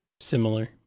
similar